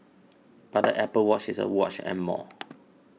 but the Apple Watch is a watch and more